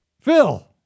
Phil